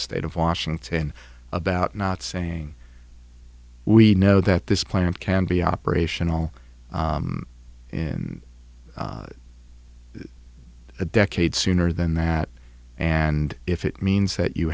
state of washington about not saying we know that this plan can be operational in a decade sooner than that and if it means that you